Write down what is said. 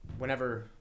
Whenever